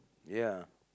ya